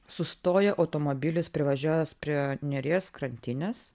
sustoja automobilis privažiavęs prie neries krantinės